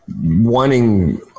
wanting